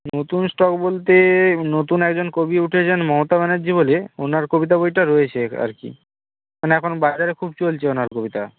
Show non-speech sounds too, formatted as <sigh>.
নতুন স্টক বলতে নতুন একজন কবি উঠেছেন মমতা ব্যানার্জি বলে ওনার কবিতার বইটা রয়েছে <unintelligible> আর কি মানে এখন বাজারে খুব চলছে ওনার কবিতা